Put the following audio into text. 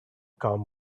calm